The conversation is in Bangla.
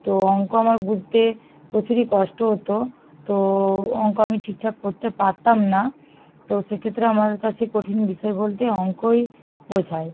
তো অঙ্ক আমার বুঝতে প্রচুরই কষ্ট হতো তো অঙ্ক আমি ঠিকঠাক করতে পারতাম না তো সেক্ষেত্রে আমার কাছে কঠিন বিষয় বলতে অঙ্কই বোঝায়